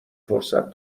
فرصت